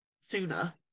sooner